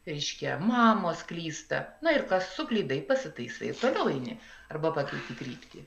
reiškia mamos klysta na ir kas suklydai pasitaisai toliau eini arba pakeiti kryptį